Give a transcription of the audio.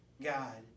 God